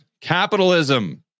capitalism